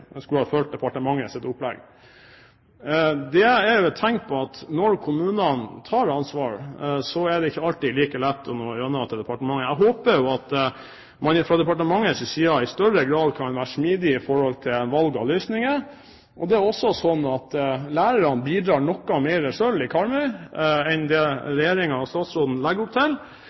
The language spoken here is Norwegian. fulgt departementets opplegg. Det er et tegn på at når kommunene tar ansvaret, er det ikke alltid like lett å nå gjennom til departementet. Jeg håper at man fra departementets side i større grad kan være smidige når det gjelder valg av løsninger. Lærerne i Karmøy bidrar noe mer selv enn det Regjeringen og statsråden legger opp til.